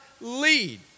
lead